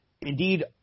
Indeed